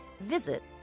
visit